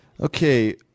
Okay